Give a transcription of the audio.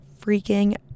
freaking